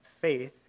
faith